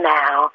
now